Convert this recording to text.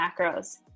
macros